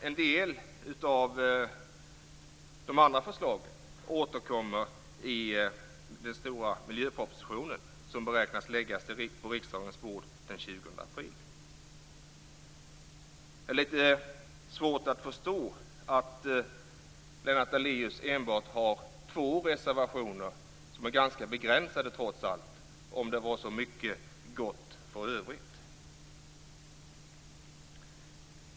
En del av de andra förslagen återkommer i den stora miljöpropositionen, som beräknas ligga på riksdagens bord den 20 april. Jag har alltså litet svårt att förstå att Lennart Daléus bara har två reservationer, vilka trots allt är ganska begränsade, om det nu finns så mycket gott för övrigt.